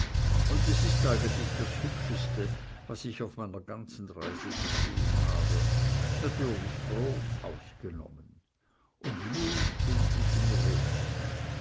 und es ist eigentlich das hübscheste was ich auf meiner ganzen reise gesehen habe natürlich rom ausgenommen und nun bin ich in rom